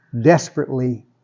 desperately